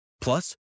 Plus